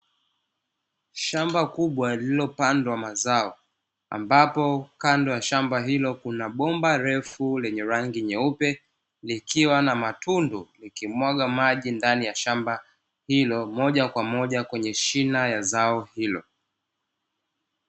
Shamba kubwa lililopandwa mazao ambapo kando ya shamba hilo kuna bomba refu lenye rangi nyeupe likiwa na matundu nikimwaga maji ndani ya shamba hilo moja kwa moja kwenye shina ya zao hilo.